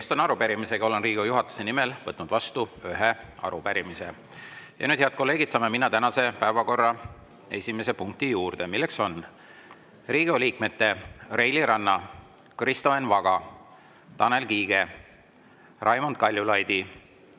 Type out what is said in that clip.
Tegemist on arupärimisega. Olen Riigikogu juhatuse nimel võtnud vastu ühe arupärimise. Nüüd, head kolleegid, saame minna tänase päevakorra esimese punkti juurde. See on Riigikogu liikmete Reili Ranna, Kristo Enn Vaga, Tanel Kiige, Raimond Kaljulaidi,